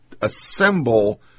assemble